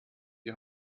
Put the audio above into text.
die